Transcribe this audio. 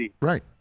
Right